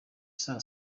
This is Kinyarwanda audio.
saa